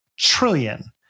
trillion